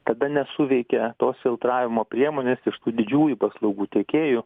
tada nesuveikia tos filtravimo priemonės iš tų didžiųjų paslaugų tiekėjų